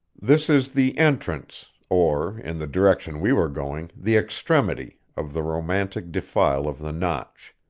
this is the entrance, or, in the direction we were going, the extremity, of the romantic defile of the notch.